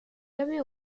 jamais